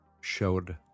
showed